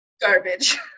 garbage